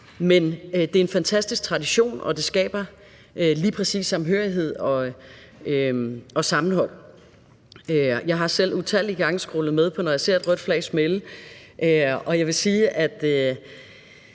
men det er en fantastisk tradition, og det skaber lige præcis samhørighed og sammenhold. Jeg har selv utallige gange skrålet med på »Når jeg ser et rødt flag smælde«, og jeg vil sige, at